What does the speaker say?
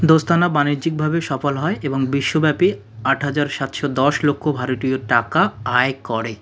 দোস্তানা বাণিজ্যিকভাবে সফল হয় এবং বিশ্বব্যাপী আট হাজার সাতশো দশ লক্ষ ভারটীয় টাকা আয় করে